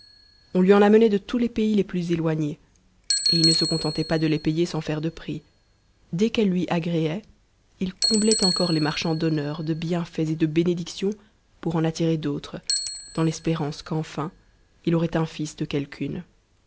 on lui en amenait de tous les pays les plus gnës et il ne se contentait pas de les payer sans faire de prix dès mes lui agréaient il comblait encore les marchands d'honneurs de tans et de bénédictions pour en attirer d'autres dans l'espérance sa il aurait un fils de quelqu'une